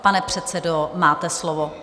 Pane předsedo, máte slovo.